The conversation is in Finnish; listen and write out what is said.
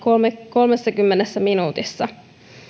kolmessakymmenessä minuutissa